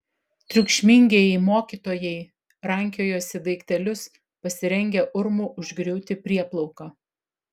triukšmingieji mokytojai rankiojosi daiktelius pasirengę urmu užgriūti prieplauką